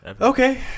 okay